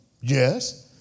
Yes